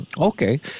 Okay